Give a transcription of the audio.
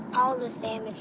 all the same,